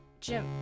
Jim